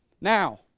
now